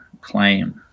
claim